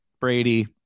Brady